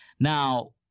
Now